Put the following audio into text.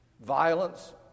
Violence